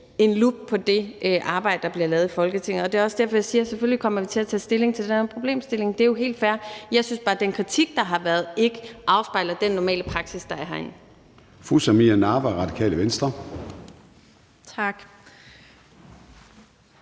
en lup på det arbejde, der bliver lavet i Folketinget. Det er også derfor, jeg siger, at selvfølgelig kommer vi til at tage stilling til den problemstilling. Det er jo helt fair. Jeg synes bare, at den kritik, der har været, ikke afspejler den normale praksis, der er herinde.